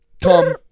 come